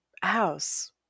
house